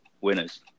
winners